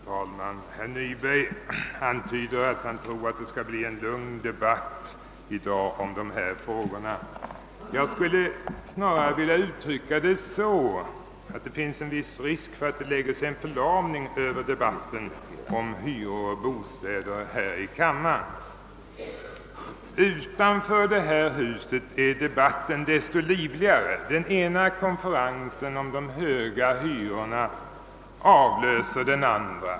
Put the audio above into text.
Herr talman! Herr Nyberg antyder att han tror att det i dag skall bli en lugn debatt om dessa frågor. Jag skulle snarare vilja uttrycka det så, att det finns viss risk för att en förlamning skall lägga sig över debatten om hyror och bostäder här i kammaren. Utanför detta hus är debatten desto livligare. Den ena konferensen avlöser den andra om de höga hyrorna.